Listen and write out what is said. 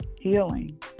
healing